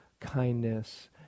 kindness